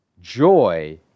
Joy